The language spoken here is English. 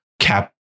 cap